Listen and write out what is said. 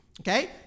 okay